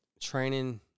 training